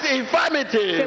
infirmity